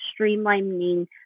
streamlining